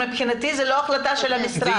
מבחינתי זו לא החלטה של המשרד.